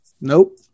Nope